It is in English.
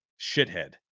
shithead